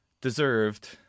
deserved